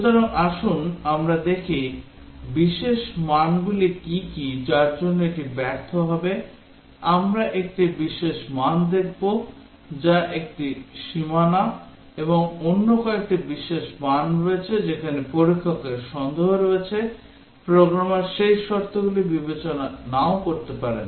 সুতরাং আসুন আমরা দেখি বিশেষ মান গুলি কী কী যার জন্য এটি ব্যর্থ হবে আমরা একটি বিশেষ মান দেখব যা একটি সীমানা এবং অন্য কয়েকটি বিশেষ মান রয়েছে যেখানে পরীক্ষকের সন্দেহ আছে প্রোগ্রামার সেই শর্তগুলি বিবেচনা নাও করে থাকতে পারেন